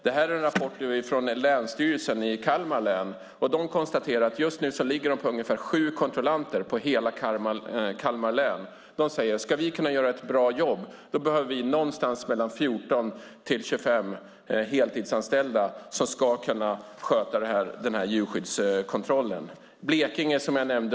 Det här är en rapport från Länsstyrelsen i Kalmar län som konstaterar att man just nu har ungefär sju kontrollanter i hela Kalmar län. Om vi ska kunna göra ett bra jobb behöver vi mellan 14 och 25 heltidsanställda för att sköta djurskyddskontrollen, säger man.